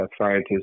scientists